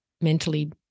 mentally